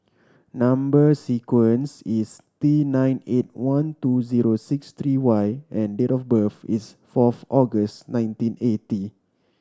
number sequence is T nine eight one two zero six three Y and date of birth is fourth August nineteen eighty